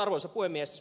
arvoisa puhemies